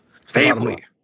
Family